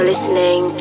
Listening